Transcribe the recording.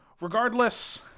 regardless